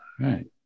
Right